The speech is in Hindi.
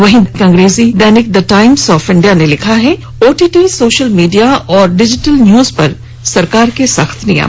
वहीं अंग्रेजी दैनिक द टाईम्स ऑफ इंडिया ने लिखा है ओटीटी सोशल मीडिया और डिजीटल न्यूज पर सरकार के सख्त नियम